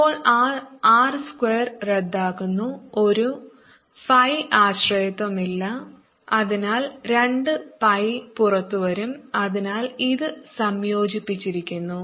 ഇപ്പോൾ r square റദ്ദാക്കുന്നു ഒരു phi ആശ്രയത്വമില്ല അതിനാൽ 2 pi പുറത്തുവരും അതിനാൽ ഇത് സംയോജിപ്പിച്ചിരിക്കുന്നു